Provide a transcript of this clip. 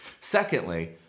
Secondly